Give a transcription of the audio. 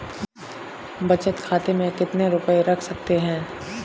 बचत खाते में कितना रुपया रख सकते हैं?